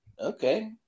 okay